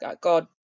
God